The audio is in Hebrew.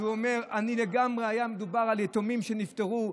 הוא אומר, לגמרי, היה מדובר על יתומים שנפטרו,